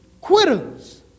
quitters